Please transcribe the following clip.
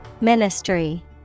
Ministry